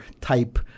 type